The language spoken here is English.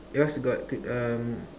yours got T um